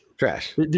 Trash